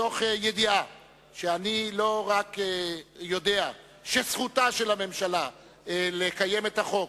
מתוך ידיעה שאני לא רק יודע שזכותה של הממשלה לקיים את החוק